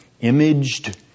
imaged